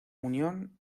unión